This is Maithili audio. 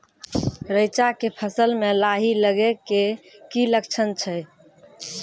रैचा के फसल मे लाही लगे के की लक्छण छै?